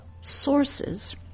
sources